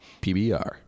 PBR